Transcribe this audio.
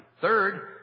Third